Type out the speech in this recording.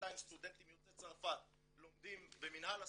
1,200 סטודנטים יוצאי צרפת לומדים במינהל הסטודנטים,